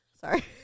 Sorry